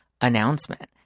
announcement